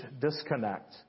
disconnect